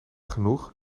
genoeg